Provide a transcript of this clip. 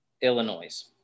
Illinois